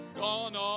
Gone